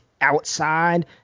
outside